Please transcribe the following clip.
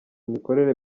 imikorere